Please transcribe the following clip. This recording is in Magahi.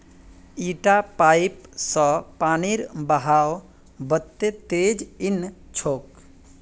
इटा पाइप स पानीर बहाव वत्ते तेज नइ छोक